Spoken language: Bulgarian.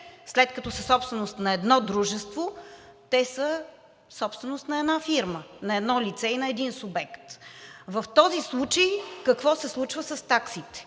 след като са собственост на едно дружество, те са собственост на една фирма, на едно лице и на един субект. В този случай какво се случва с таксите